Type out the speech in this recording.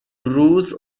روز